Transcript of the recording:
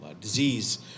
disease